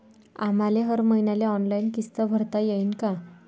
आम्हाले हर मईन्याले ऑनलाईन किस्त भरता येईन का?